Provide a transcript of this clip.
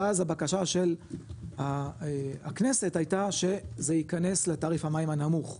ואז הבקשה של הכנסת הייתה שזה ייכנס לתעריף המים הנמוך,